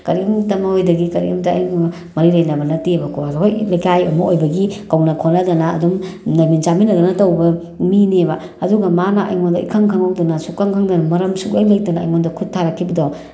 ꯀꯔꯤꯃꯇ ꯃꯈꯣꯏꯗꯒꯤ ꯀꯔꯤꯃꯇ ꯑꯩꯒ ꯃꯔꯤ ꯂꯩꯅꯕ ꯅꯠꯇꯦꯕ ꯀꯣ ꯍꯣꯏ ꯂꯩꯀꯥꯏ ꯑꯃ ꯑꯣꯏꯕꯒꯤ ꯀꯧꯅ ꯈꯣꯠꯅꯗꯅ ꯑꯗꯨꯝ ꯂꯩꯃꯤꯟ ꯆꯥꯃꯤꯟꯅꯗꯅ ꯇꯧꯕ ꯃꯤꯅꯦꯕ ꯑꯗꯨꯒ ꯃꯥꯅ ꯑꯩꯉꯣꯟꯗ ꯏꯈꯪ ꯈꯪꯍꯧꯗꯅ ꯁꯨꯛꯈꯪ ꯈꯪꯗꯅ ꯃꯔꯝ ꯁꯨꯛꯂꯩ ꯂꯩꯇꯅ ꯑꯩꯉꯣꯟꯗ ꯈꯨꯠ ꯊꯥꯔꯛꯈꯤꯕꯗꯣ